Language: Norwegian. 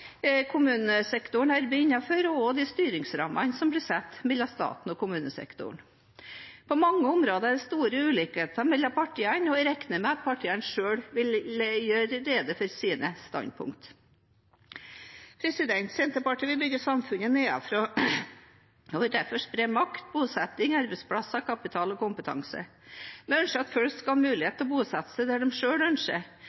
kommunesektoren må arbeide innenfor, og også de styringsrammene som blir satt mellom staten og kommunesektoren. På mange områder er det store ulikheter mellom partiene, og jeg regner med at partiene selv vil gjøre rede for sine standpunkt. Senterpartiet vil bygge samfunnet nedenfra og vil derfor spre makt, bosetting, arbeidsplasser, kapital og kompetanse. Vi ønsker at folk skal ha mulighet